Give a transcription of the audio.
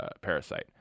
Parasite